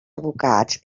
advocats